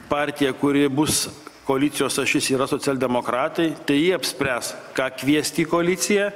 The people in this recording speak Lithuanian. partija kuri bus koalicijos ašis yra socialdemokratai tai jie apspręs ką kviesti į koaliciją